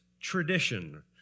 tradition